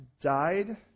died